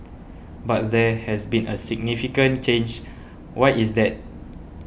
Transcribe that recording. but there has been a significant change why is that